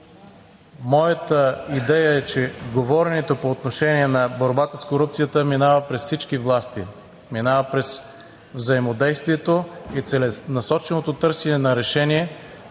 моята идея е, че говоренето по отношение на борбата с корупцията минава през всички власти, минава през взаимодействието и целенасоченото търсене на решение